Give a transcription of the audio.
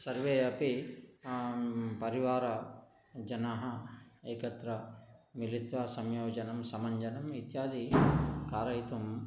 सर्वे अपि परिवार जनाः एकत्र मिलित्वा संयोजनं समञ्जनं इत्यादि कारयितुं